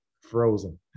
Frozen